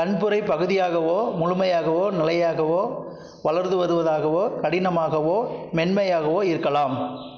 கண்புரை பகுதியாகவோ முழுமையாகவோ நிலையாகவோ வளர்வதாகவோ கடினமாகவோ மென்மையாகவோ இருக்கலாம்